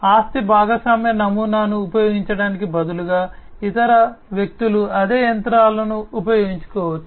ఆస్తి భాగస్వామ్య నమూనాను ఉపయోగించటానికి బదులుగా ఇతర వ్యక్తులు అదే యంత్రాలను ఉపయోగించవచ్చు